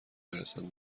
برسم